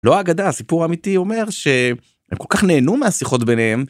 לא אגדה, הסיפור האמיתי אומר, שהם כל כך נהנו מהשיחות ביניהם.